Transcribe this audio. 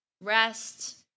rest